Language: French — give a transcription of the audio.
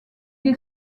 est